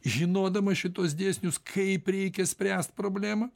žinodamas šituos dėsnius kaip reikia spręst problemą